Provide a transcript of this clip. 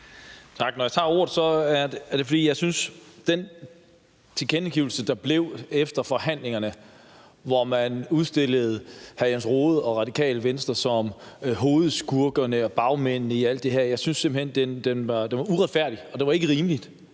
Når jeg tager ordet, er det, fordi jeg synes, at den tilkendegivelse, der kom efter forhandlingerne, hvor man udstillede hr. Jens Rohde og Radikale Venstre som hovedskurkene og bagmændene bag alt det her, var uretfærdig, og det var ikke rimeligt.